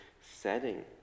setting